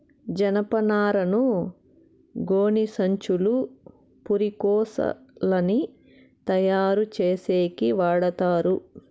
జనపనారను గోనిసంచులు, పురికొసలని తయారు చేసేకి వాడతారు